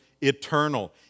eternal